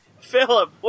Philip